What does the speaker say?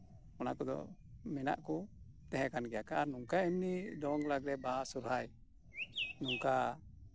ᱚᱱᱟ ᱠᱚᱫᱚ ᱢᱮᱱᱟᱜ ᱠᱚ ᱛᱟᱦᱮᱸ ᱠᱟᱱ ᱜᱮᱭᱟ ᱟᱨ ᱱᱚᱝᱠᱟ ᱮᱢᱱᱤ ᱫᱚᱝ ᱞᱟᱜᱽᱲᱮ ᱵᱟᱦᱟ ᱥᱚᱦᱨᱟᱭ ᱱᱚᱝᱠᱟ